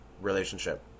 relationship